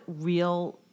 real